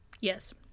Yes